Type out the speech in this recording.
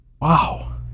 Wow